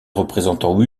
représentants